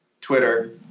Twitter